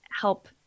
help